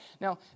Now